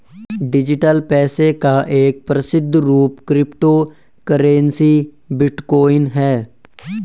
digital पैसे का एक प्रसिद्ध रूप क्रिप्टो करेंसी बिटकॉइन है